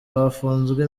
bafunzwe